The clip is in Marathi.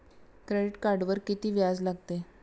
क्रेडिट कार्डवर किती व्याज लागते?